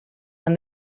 and